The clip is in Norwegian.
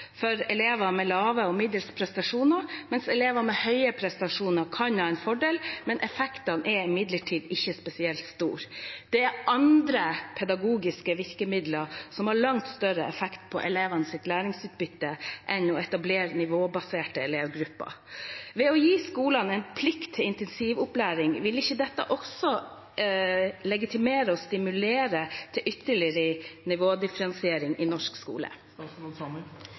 for elever med lave og middels prestasjoner, mens elever med høye prestasjoner kan ha en fordel, men effektene er imidlertid ikke spesielt store. Det er andre pedagogiske virkemidler som har langt større effekt på elevenes læringsutbytte enn å etablere nivåbaserte elevgrupper. Ved å gi skolene en plikt til intensivopplæring vil ikke dette også legitimere og stimulere til ytterligere nivådifferensiering i norsk skole?